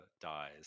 dies